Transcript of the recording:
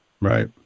right